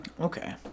Okay